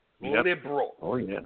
Liberal